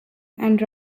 and